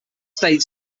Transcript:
state